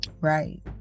right